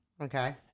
Okay